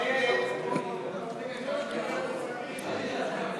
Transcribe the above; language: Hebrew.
ההצעה להעביר את הנושא לוועדת הכנסת